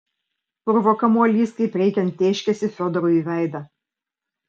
purvo kamuolys kaip reikiant tėškėsi fiodorui į veidą